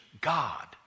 God